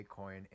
bitcoin